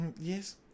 yes